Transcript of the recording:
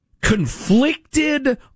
Conflicted